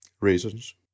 Reasons